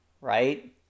right